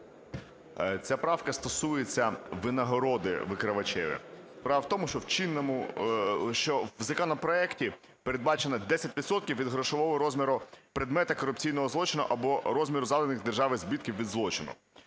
Ця правка стосується винагороди викривачеві. Справа в тому, що в чинному... що в законопроекті передбачено 10 відсотків від грошового розміру предмету корупційного злочину або розміру завданих державі збитків від злочину.